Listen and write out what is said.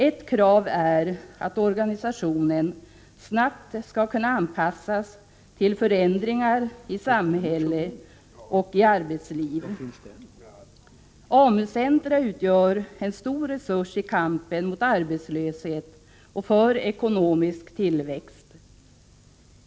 Ett krav är att organisationen snabbt skall kunna anpassas till förändringar i samhället och i arbetslivet. AMU-centrumen utgör en stor resurs i kampen mot arbetslöshet och för ekonomisk tillväxt.